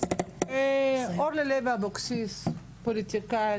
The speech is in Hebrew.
אם מישהו חושב שהוא ימכור יותר